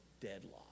deadlock